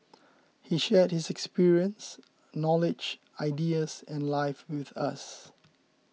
he shared his experience knowledge ideas and life with us